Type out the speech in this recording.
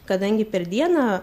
kadangi per dieną